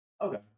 Okay